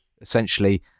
essentially